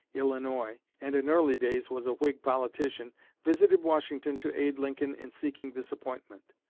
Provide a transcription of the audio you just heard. illinois, and in early days was a whig politician visited washington to aid lincoln in seeking this appointment,